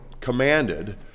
commanded